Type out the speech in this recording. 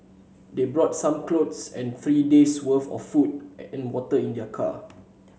they brought some clothes and three days worth of food and water in their car